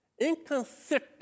Inconsistent